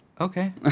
Okay